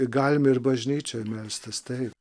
galim ir bažnyčioj melstis taip